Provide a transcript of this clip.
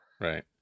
Right